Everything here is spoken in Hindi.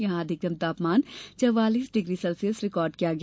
यहां अधिकतम तापमान चवालीस डिग्री सेल्सियस रिकार्ड किया गया